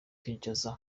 kinshasa